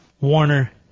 Warner